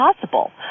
possible